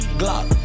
glock